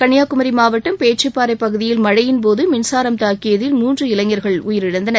கன்னியாகுமரி மாவட்டம் பேச்சிப்பாறை பகுதியில் மழையின்போது மின்சாரம் தாக்கியதில் மூன்று இளைஞர்கள் உயிரிழந்தனர்